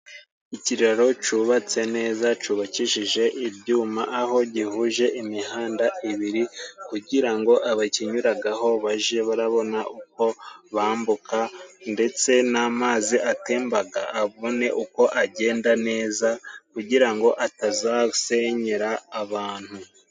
Ikiraro cubatse neza cubakishije ibyuma, aho gihuje imihanda ibiri kugira ngo abakinyuragaho baje barabona uko bambuka, ndetse n'amazi atembaga abone uko agenda neza, kugira ngo atazasenyera abantu.